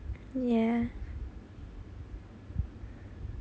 ya